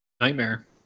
nightmare